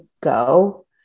go